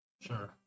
Sure